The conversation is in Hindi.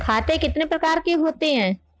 खाते कितने प्रकार के होते हैं?